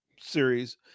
series